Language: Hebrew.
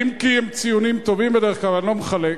אם כי הם ציונים טובים בדרך כלל, אבל אני לא מחלק.